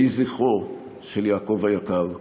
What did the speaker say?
יהי זכרו של יעקב היקר ברוך.